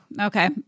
Okay